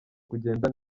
kugenda